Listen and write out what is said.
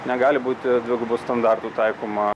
negali būti dvigubų standartų taikoma